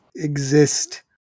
Exist